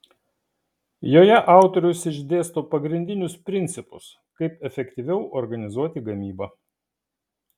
joje autorius išdėsto pagrindinius principus kaip efektyviau organizuoti gamybą